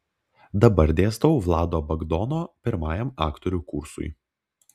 dabar dėstau vlado bagdono pirmajam aktorių kursui